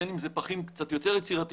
בין אם זה פחים קצת יותר יצירתיים,